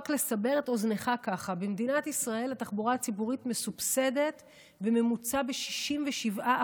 רק לסבר את אוזנך: במדינת ישראל התחבורה הציבורית מסובסדת בממוצע ב-67%.